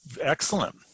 Excellent